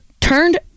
turned